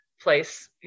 place